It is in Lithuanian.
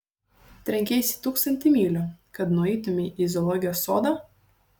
trenkeisi tūkstantį mylių kad nueitumei į zoologijos sodą